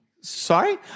Sorry